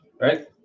Right